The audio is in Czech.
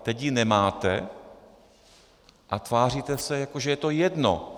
Teď ji nemáte a tváříte se, jako že je to jedno.